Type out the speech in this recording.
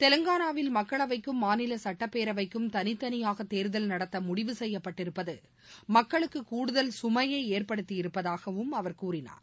தெலங்கானாவில் மக்களவைக்கும் மாநில சுட்டப்பேரவைக்கும் தனித்தனியாக தேர்தல் நடத்த முடிவு செய்யப்பட்டிருப்பது மக்களுக்கு கூடுதல் கமையை ஏற்படுத்தியிருப்பதாகவும் அவர் கூறினார்